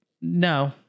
No